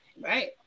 Right